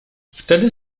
wtedy